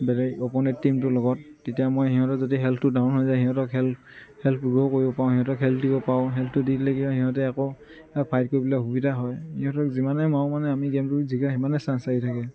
বেলেগ অপনেট টিমটোৰ লগত তেতিয়া মই সিহঁতৰ যদি হেলথটো ডাঙৰ হৈ যায় সিহঁতৰ খেল খেল কৰিব পাৰোঁ মই সিহঁতৰ হেলথটো দিব পাৰোঁ হেলথটো দি দিলে কি হয় সিহঁতে আকৌ ফাইট কৰিবলৈ সুবিধা হয় সিহঁতক যিমানে মই মানে আমি গেমটো জিকাৰ সিমানেই চাঞ্চ আহি থাকে